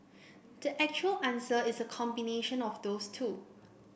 the actual answer is a combination of those two